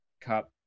Cup